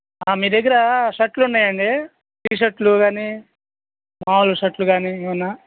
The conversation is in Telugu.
మీ దగ్గర షర్ట్లు ఉన్నయా అండి టీ షర్ట్లు గానీ మాములు షర్ట్లు గానీ ఏమైనా